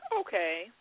okay